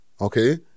Okay